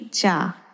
cha